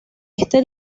este